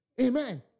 Amen